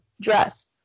dress